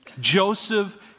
Joseph